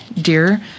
dear